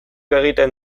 egiten